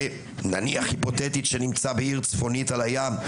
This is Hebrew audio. נניח היפותטית שנמצא בעיר צפונית על הים,